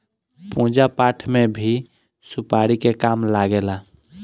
पूजा पाठ में भी सुपारी के काम लागेला